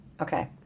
Okay